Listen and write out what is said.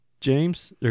James